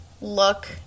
look